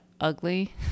ugly